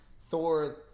Thor